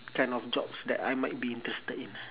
kind of jobs that I might be interested in ah